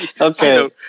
okay